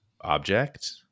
Object